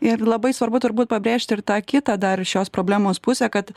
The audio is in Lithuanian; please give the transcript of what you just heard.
ir labai svarbu turbūt pabrėžti ir tą kitą dar šios problemos pusę kad